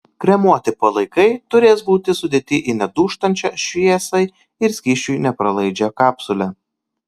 kremuoti palaikai turės būti sudėti į nedūžtančią šviesai ir skysčiui nepralaidžią kapsulę